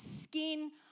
skin